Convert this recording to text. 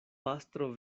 pastro